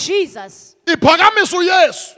Jesus